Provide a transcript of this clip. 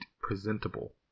presentable